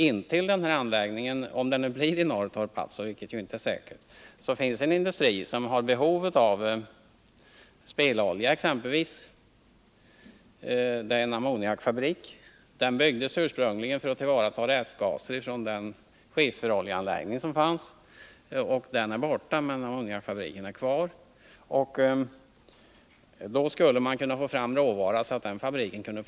Intill en anläggning i Norrtorp — om den placeras där, vilket ju inte är säkert — finns en industri som har behov av exempelvis spillolja. Det är en ammoniakfabrik, och den byggdes ursprungligen för att tillvarata restgaser från den skifferoljetillverkning som bedrevs tidigare. Skifferoljeanläggningen är borta, men ammoniakfabriken finns kvar, och den skulle i fortsättningen kunna få råvara från avfallshanteringsanläggningen.